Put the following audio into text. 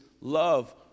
love